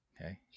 Okay